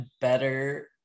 better